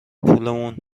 پولمون